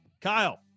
kyle